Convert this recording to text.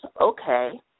okay